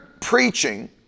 preaching